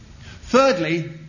Thirdly